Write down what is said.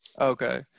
Okay